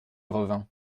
revint